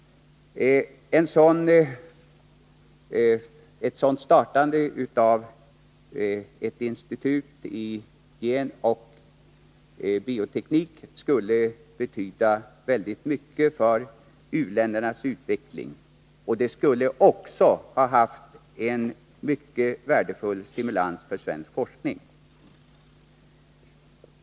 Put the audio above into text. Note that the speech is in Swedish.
Startandet av ett sådant institut för genoch bioteknik skulle betyda mycket för u-ländernas utveckling, och det skulle också innebära en mycket värdefull stimulans för svensk forskning.